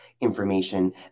information